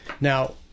Now